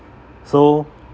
so